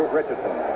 Richardson